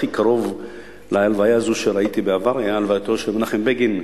שהכי קרוב להלוויה הזאת שראיתי בעבר היה הלווייתו של מנחם בגין,